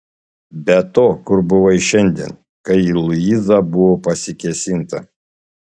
be to kur buvai šiandien kai į luizą buvo pasikėsinta